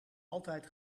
altijd